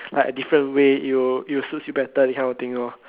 like a different way it will it will suit you better that kind of thing lor